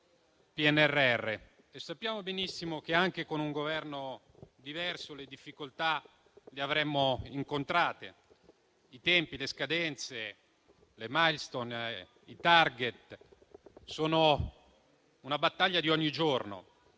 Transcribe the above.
PNRR e sa benissimo che anche con un Governo diverso le difficoltà le avremmo incontrate. I tempi, le scadenze, le *milestone,* i *target* sono una battaglia di ogni giorno,